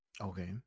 okay